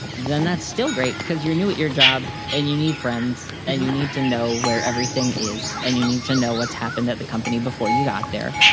then that's still great because you're new at your job and you need friends and you need to know where everything is and you need to know what's happened at the company before you got there.